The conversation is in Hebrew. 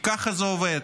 כי ככה זה עובד.